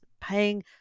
paying